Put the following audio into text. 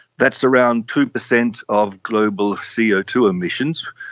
that's around two percent of global c o two emissions,